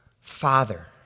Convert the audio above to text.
father